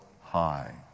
high